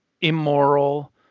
immoral